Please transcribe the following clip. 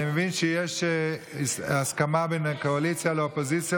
אני מבין שיש הסכמה בין הקואליציה לאופוזיציה